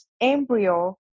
embryo